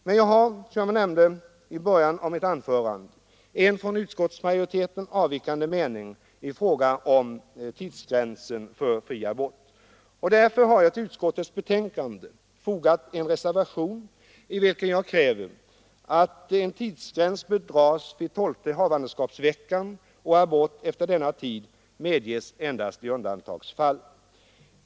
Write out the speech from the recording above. Men jag har, som jag sade i början av mitt anförande, en från utskottsmajoriteten avvikande mening i fråga om tidsgränsen för fri abort. Därför har jag till utskottets betänkande fogat en reservation, i vilken jag kräver att en tidsgräns bör dras vid tolfte havandeskapsveckan och att abort efter denna tid medges endast i undantagsfall.